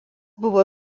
buvo